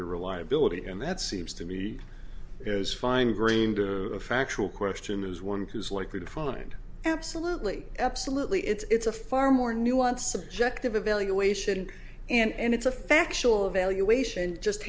their reliability and that seems to be as fine grained a factual question as one who is likely to find absolutely absolutely it's a far more nuanced subjective evaluation and it's a factual evaluation just